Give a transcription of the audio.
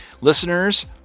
Listeners